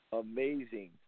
amazing